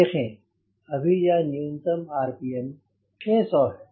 देखें अभी यह न्यूनतम आरपीएम 600 है